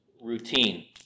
routine